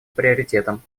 приоритетом